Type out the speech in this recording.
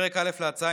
פרק א' להצעה,